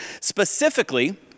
specifically